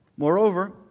Moreover